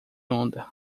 onda